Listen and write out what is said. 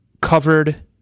covered